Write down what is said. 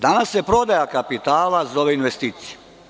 Danas se prodaja kapitala zove investicija.